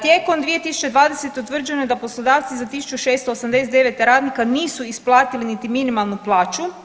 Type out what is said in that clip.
Tijekom 2020. utvrđeno je da poslodavci za 1.689 radnika nisu isplatili niti minimalnu plaću.